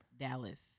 dallas